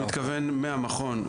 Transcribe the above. אני מתכוון מהמכון,